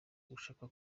ugushaka